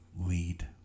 lead